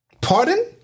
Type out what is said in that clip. Pardon